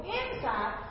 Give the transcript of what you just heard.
inside